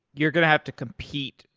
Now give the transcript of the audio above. you're going to have to compete,